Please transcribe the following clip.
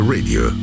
Radio